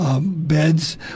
beds